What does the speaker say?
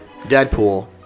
Deadpool